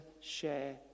share